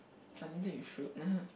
I don't think you should